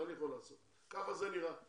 כך זה נראה.